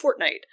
Fortnite